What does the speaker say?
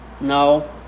No